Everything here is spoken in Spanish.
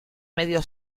medio